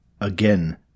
Again